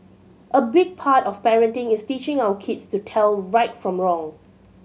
a big part of parenting is teaching our kids to tell right from wrong